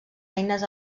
eines